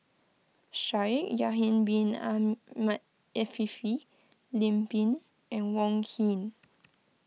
Shaikh Yahya Bin Ahmed Afifi Lim Pin and Wong Keen